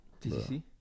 TCC